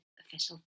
official